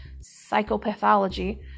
psychopathology